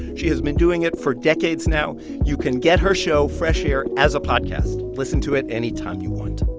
she has been doing it for decades now. you can get her show, fresh air, as a podcast. listen to it any time you want.